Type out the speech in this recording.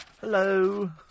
Hello